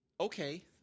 Okay